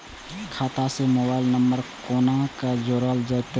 खाता से mobile number कोना जोरल जेते?